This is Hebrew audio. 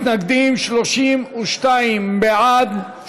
42 מתנגדים, 32 בעד.